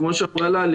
כמו שאמרה ללי,